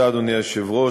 אדוני היושב-ראש,